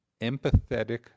empathetic